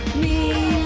be